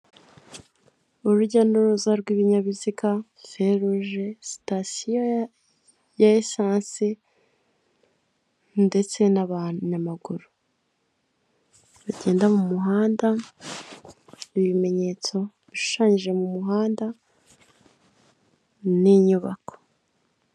Urujya n'uruza rw'ibinyabiziga, feruje, sitasiyo ya esanse ndetse n'abanyamaguru bagenda mu muhanda, ibimenyetso bishushanyije mu muhanda n'inyubako.